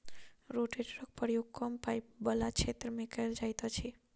रोटेटरक प्रयोग कम पाइन बला क्षेत्र मे कयल जाइत अछि